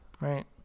Right